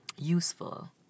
useful